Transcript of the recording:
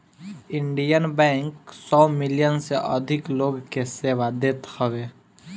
Indian bank सौ million से अधिक लोग के सेवा देत हवे